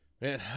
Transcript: Man